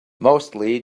mostly